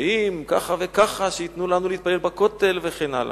שאם ככה וככה, שייתנו לנו להתפלל בכותל וכן הלאה.